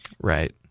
Right